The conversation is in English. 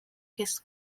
his